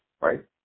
right